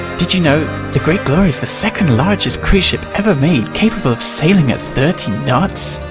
did you know? the great glory is the second largest cruise ship ever made capable of sailing at thirty knots?